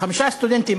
חמישה סטודנטים,